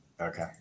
Okay